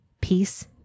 peace